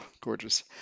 gorgeous